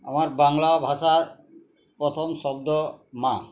আমার বাংলা ভাষার প্রথম শব্দ মা